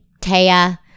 Taya